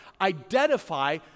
Identify